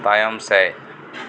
ᱛᱟᱭᱚᱢ ᱥᱮᱫ